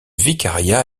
vicariat